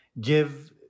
Give